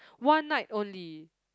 one night only